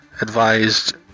advised